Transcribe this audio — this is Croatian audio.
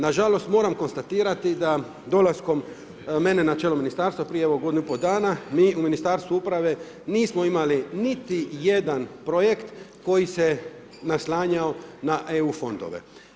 Na žalost moram konstatirati da dolaskom mene na čelo ministarstva, prije evo godinu i pol dana mi u Ministarstvu uprave nismo imali niti jedan projekt koji se naslanjao na EU fondove.